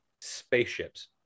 Spaceships